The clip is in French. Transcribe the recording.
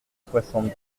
soixante